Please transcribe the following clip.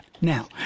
Now